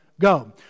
go